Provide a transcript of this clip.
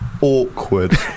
awkward